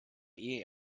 ehe